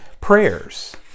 prayers